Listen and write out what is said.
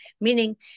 meaning